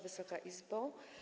Wysoka Izbo!